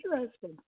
interesting